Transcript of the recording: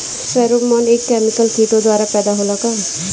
Pheromone एक chemical किटो द्वारा पैदा होला का?